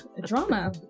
drama